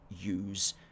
use